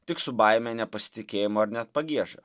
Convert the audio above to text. tik su baime nepasitikėjimu ar net pagieža